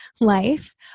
life